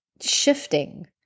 shifting